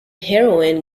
heroine